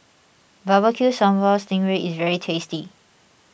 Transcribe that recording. Barbecue Sambal Sting Ray is very tasty